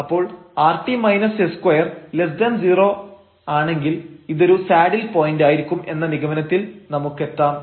അപ്പോൾ rt s20 ആണെങ്കിൽ ഇതൊരു സാഡിൽ പോയന്റായിരിക്കും എന്ന നിഗമനത്തിൽ നമുക്കെത്താം